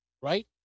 Right